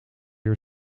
uur